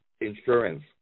insurance